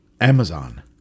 Amazon